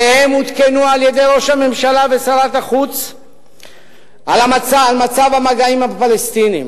שניהם עודכנו על-ידי ראש הממשלה ושרת החוץ על מצב המגעים עם הפלסטינים,